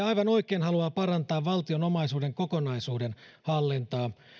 aivan oikein haluaa parantaa valtion omaisuuden kokonaisuuden hallintaa